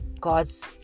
god's